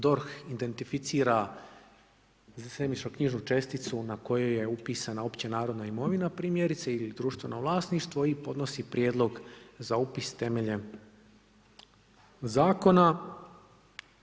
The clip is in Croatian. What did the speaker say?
DORH identificira za zemljišno-knjižnu česticu na kojoj je upisana općenarodna imovina primjerice ili društveno vlasništvo i podnosi prijedlog za upis temeljem zakona.